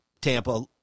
Tampa